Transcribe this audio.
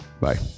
bye